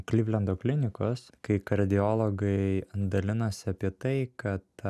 klivlendo klinikos kai kardiologai dalinosi apie tai kad